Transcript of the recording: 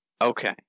Okay